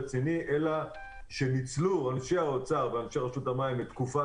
אלא שראשי האוצר וראשי רשות המים ניצלו את התקופה